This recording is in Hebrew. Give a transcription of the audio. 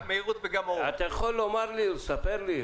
אתה יכול לומר לי או לספר לי,